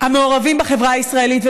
המעורבים בחברה הישראלית,